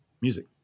music